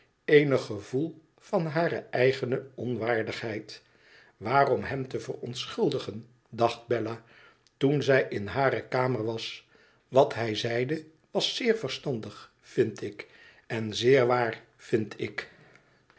eenig gevoel van hare eigene onwaardigheid i waarom hem te verontschuldigen dacht bella toen zij in hare kamer was wat hij zeide was zeer verstandig vind ik en zeer waar vind ik